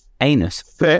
Anus